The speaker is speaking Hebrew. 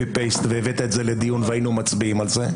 והבאת את זה לדיון והיינו מצביעים על זה.